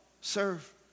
Serve